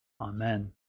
Amen